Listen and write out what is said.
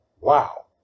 Wow